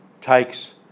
takes